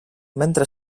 mentre